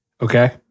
Okay